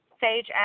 sage